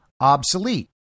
obsolete